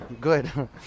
Good